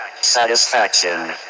Satisfaction